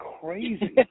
crazy